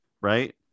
right